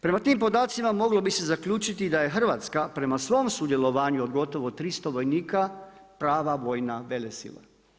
Prema tim podacima moglo bi se zaključiti da je Hrvatska prema svom sudjelovanju od gotovo 300 vojnika prava vojna velesila.